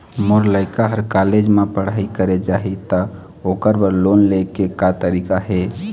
मोर लइका हर कॉलेज म पढ़ई करे जाही, त ओकर बर लोन ले के का तरीका हे?